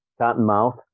Cottonmouth